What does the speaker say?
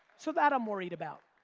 so that i'm worried about.